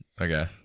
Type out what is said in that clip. Okay